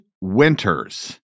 Winters